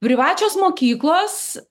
privačios mokyklos